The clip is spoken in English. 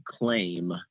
claim